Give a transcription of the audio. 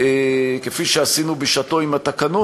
כפי שעשינו בשעתו עם התקנון,